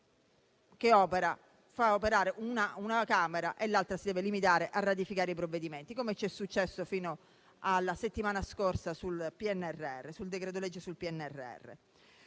che fa operare una Camera mentre l'altra si deve limitare a ratificare i provvedimenti. È ciò che ci è successo fino alla settimana scorsa sul decreto-legge sul PNRR.